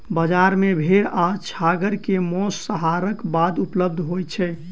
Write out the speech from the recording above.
बजार मे भेड़ आ छागर के मौस, संहारक बाद उपलब्ध होय छै